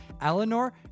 Eleanor